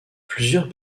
plusieurs